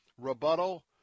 rebuttal